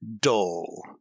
dull